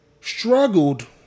struggled